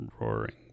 roaring